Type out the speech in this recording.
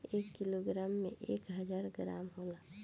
एक किलोग्राम में एक हजार ग्राम होला